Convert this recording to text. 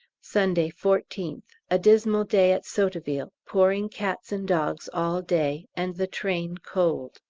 sunday, fourteenth. a dismal day at sotteville pouring cats and dogs all day, and the train cold.